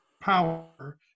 power